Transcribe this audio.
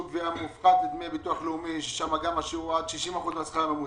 גבייה מופחת לדמי ביטוח לאומי שם גם השיעור הוא עד 60% מהשכר הממוצע.